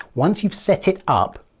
once you've set it up,